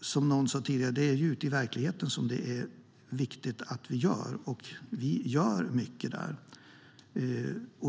Som någon sa tidigare är det ute i verkligheten som det är viktigt att vi gör något, och vi gör mycket där.